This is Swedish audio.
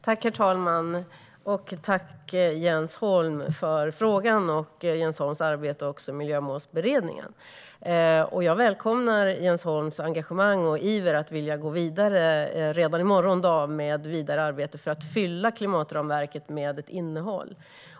Herr talman! Tack, Jens Holm, för frågan och även för Jens Holms arbete i Miljömålsberedningen! Jag välkomnar Jens Holms engagemang och iver att vilja gå vidare redan i morgon dag med arbetet för att fylla klimatramverket med ett innehåll.